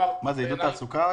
זה עידוד תעסוקה?